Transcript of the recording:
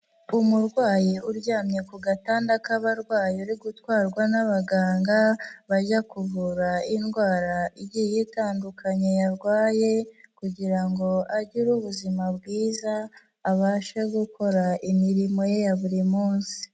Umurwayi uryamye ku gatanda k'abarwayi uri gutwarwa n'abaganga, bajya kuvura indwara igiye itandukanye yarwaye kugira ngo agire ubuzima bwiza, abashe gukora imirimo ye ya buri munsi.